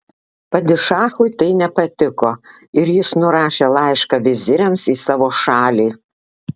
padišachui tai nepatiko ir jis nurašė laišką viziriams į savo šalį